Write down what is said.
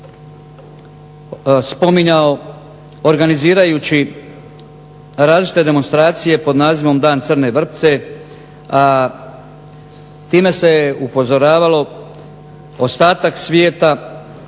spominjao organizirajući različite demonstracije pod nazivom Dan crne vrpce, a time se upozoravalo ostatak svijeta